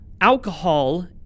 alcohol